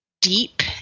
deep